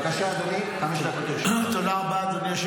אוקיי, ננהל את הוויכוח.